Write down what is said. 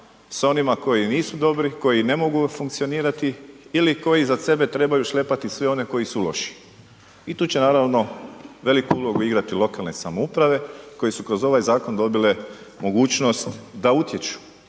s onima koji nisu dobri, koji ne mogu funkcionirati ili koji iza sebe trebaju šlepati sve one koji su loši. I tu će naravno veliku ulogu igrati lokalne samouprave koje su kroz ovaj zakon dobile mogućnost da utječu